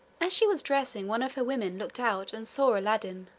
as she was dressing, one of her women looked out and saw aladdin.